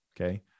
Okay